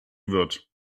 wird